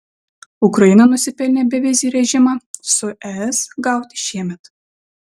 ukraina nusipelnė bevizį režimą su es gauti šiemet